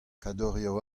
kadorioù